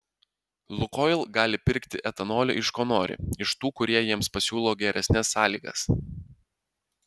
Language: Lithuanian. lukoil gali pirkti etanolį iš ko nori iš tų kurie jiems pasiūlo geresnes sąlygas